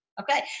Okay